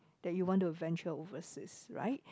that you want to venture overseas right